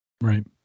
Right